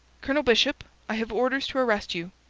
colonel bishop, i have orders to arrest you.